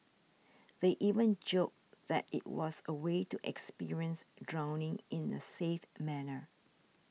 they even joked that it was a way to experience drowning in a safe manner